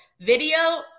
video